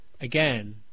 again